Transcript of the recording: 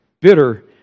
bitter